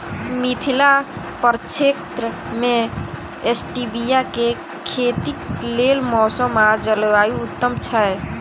मिथिला प्रक्षेत्र मे स्टीबिया केँ खेतीक लेल मौसम आ जलवायु उत्तम छै?